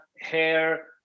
hair